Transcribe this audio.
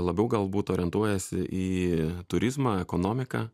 labiau galbūt orientuojasi į turizmą ekonomiką